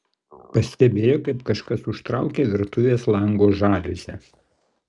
pastebėjo kaip kažkas užtraukė virtuvės lango žaliuzę